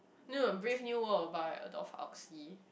no Brave-New-World by Aldous-Huxley